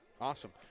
awesome